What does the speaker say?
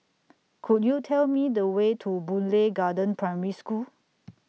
Could YOU Tell Me The Way to Boon Lay Garden Primary School